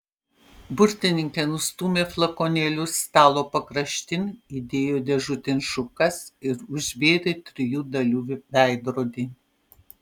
burtininkė nustūmė flakonėlius stalo pakraštin įdėjo dėžutėn šukas ir užvėrė trijų dalių veidrodį